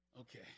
Okay